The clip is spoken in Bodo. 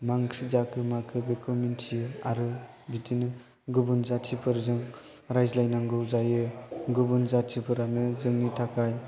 मा ओंख्रि जाखो माखो बेखौ मिन्थियो आरो बिदिनो गुबुन जाथिफोरजों रायज्लायनांगौ जायो गुबुन जाथिफोरानो जोंनि थाखाय